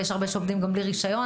ויש הרבה שעובדים גם בלי רישיון.